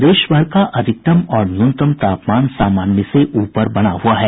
प्रदेशभर का अधिकतम और न्यूनतम तापमान सामान्य से ऊपर बना हुआ है